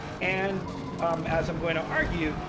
and um as i'm going to argue,